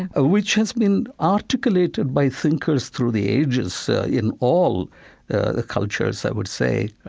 ah which has been articulated by thinkers through the ages in all the cultures, i would say.